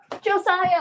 Josiah